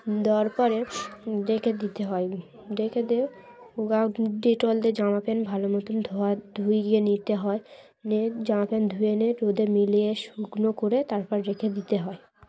দেওয়ার পরে রেখে দিতে হয় রেখে দিয়ে ও গা ডেটল দিয়ে জামা প্যান্ট ভালো মতন ধোয়া ধুইয়ে নিতে হয় নিয়ে জামা প্যান্ট ধুয়ে নিয়ে রোদে মেলে শুকনো করে তারপর রেখে দিতে হয়